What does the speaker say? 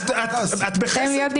קודמים.